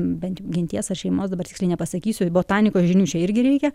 bent jau genties ar šeimos dabar tikrai nepasakysiu botanikos žinių čia irgi reikia